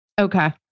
Okay